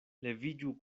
leviĝu